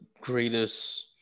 greatest